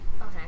Okay